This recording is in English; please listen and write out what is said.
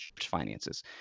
finances